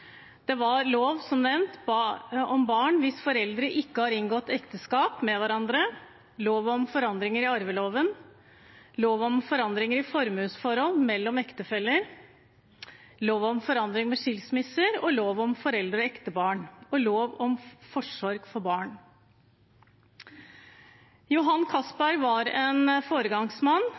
Det var som nevnt lov om barn hvis foreldre ikke har inngått ekteskap med hverandre, lov om forandringer i arveloven, lov om forandringer i formuesforhold mellom ektefeller, lov om forandringer i skilsmisseloven, lov om foreldre og ektebarn og lov om forsorg for barn. Johan Castberg var en foregangsmann,